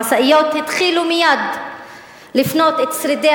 המשאיות התחילו מייד לפנות את שרידי